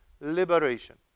liberation